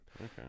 Okay